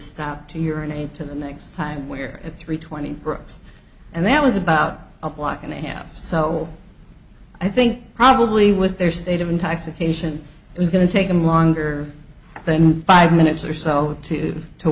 to urinate to the next time we're at three twenty for us and that was about a block and a half so i think probably with their state of intoxication it was going to take them longer than five minutes or so to